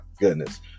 goodness